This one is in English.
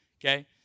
okay